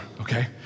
okay